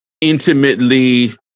intimately